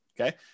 Okay